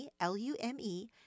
L-U-M-E